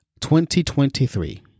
2023